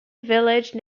village